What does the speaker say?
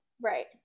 Right